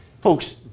folks